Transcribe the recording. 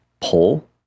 pull